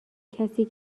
کسی